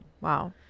Wow